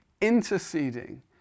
interceding